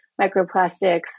microplastics